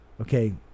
Okay